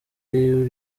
uri